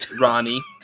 Ronnie